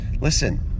Listen